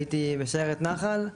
הייתי בסיירת נח"ל.